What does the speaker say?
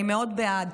אני מאוד בעד,